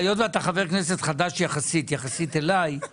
כי אי אפשר ל --- לא,